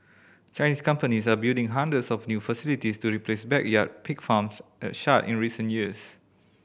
Chinese companies are building hundreds of new facilities to replace backyard pig farms that shut in recent years